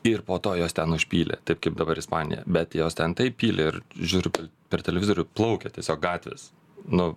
ir po to juos ten užpylė taip kaip dabar ispaniją bet juos ten taip pylė ir žiūriu per televizorių plaukia tiesiog gatvės nu